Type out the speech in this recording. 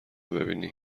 ببینی